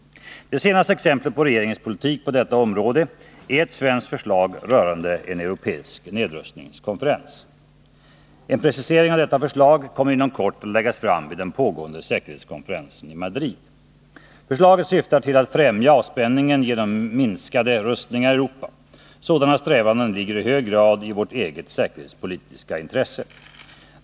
Det senaste exemplet på regeringens politik på detta område är ett svenskt förslag rörande en europeisk nedrustningskonferens. En precisering av detta förslag kommer inom kort att läggas fram vid den pågående säkerhetskonferensen i Madrid. Förslaget syftar till att främja avspänningen genom minskade rustningar i Europa. Sådana strävanden ligger i hög grad i vårt eget säkerhetspolitiska intresse.